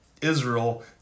Israel